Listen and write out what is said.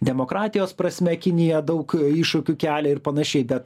demokratijos prasme kinija daug iššūkių kelia ir panašiai bet